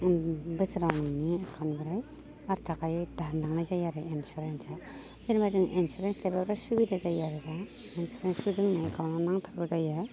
बोसोराव नोंनि एकाउन्टनिफ्राय बार' थाखायै दानलांनाय जायो आरो इन्सुरेन्सआ जेनेबा जों एन्सुरेन्स थायोबा सुबिदा जायो आरो ना इन्सुरेन्सखौ जोंनि एकाउन्टआव नांथारगौ जायो